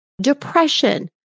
depression